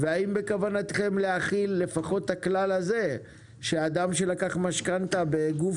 והאם בכוונתכם להחיל לפחות את הכלל הזה שאדם שלקח משכנתא בגוף